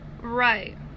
Right